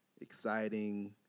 Exciting